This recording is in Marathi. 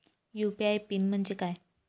यू.पी.आय पिन म्हणजे काय?